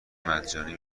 مجانی